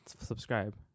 Subscribe